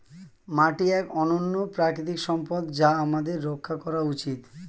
মাটি এক অনন্য প্রাকৃতিক সম্পদ যা আমাদের রক্ষা করা উচিত